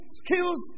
skills